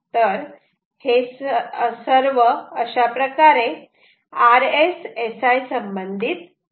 तर हे सर्व अशाप्रकारे RSSI संबंधित आहे